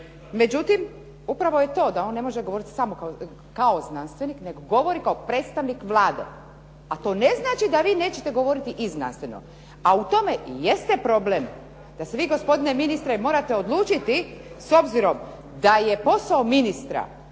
Međutim, upravo je to da on ne može govoriti kao znanstvenik, nego govori kao predstavnik Vlade. A to ne znači da vi nećete govoriti i znanstveno. A u tome jeste i problem, da se vi gospodine ministre morate odlučiti, s obzirom da je posao ministra,